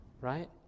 right